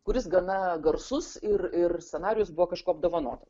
kuris gana garsus ir ir scenarijus buvo kažkuo apdovanotas